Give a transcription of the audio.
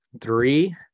three